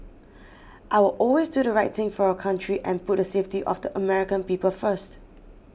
I will always do the right thing for our country and put the safety of the American people first